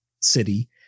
city